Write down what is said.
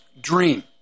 dream